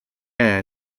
air